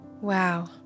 Wow